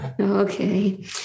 okay